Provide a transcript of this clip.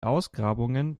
ausgrabungen